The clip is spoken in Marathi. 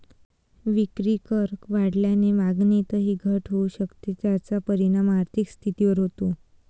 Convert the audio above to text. विक्रीकर वाढल्याने मागणीतही घट होऊ शकते, ज्याचा परिणाम आर्थिक स्थितीवर होतो